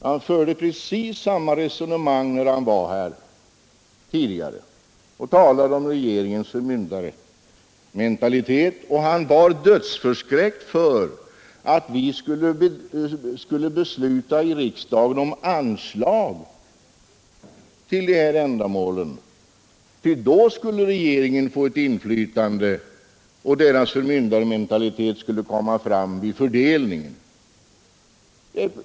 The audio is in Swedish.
Han förde precis samma resonemang när han var här tidigare — han talade om regeringens förmyndarmentalitet och han var dödsförskräckt för att vi här i riksdagen skulle besluta om anslag till de här ändamålen, ty då skulle regeringen få ett inflytande och dess förmyndarmentalitet skulle komma fram vid fördelningen.